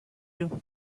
you